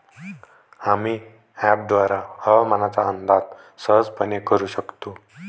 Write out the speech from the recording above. आम्ही अँपपद्वारे हवामानाचा अंदाज सहजपणे करू शकतो